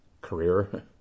career